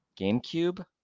gamecube